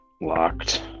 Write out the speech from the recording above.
Locked